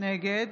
נגד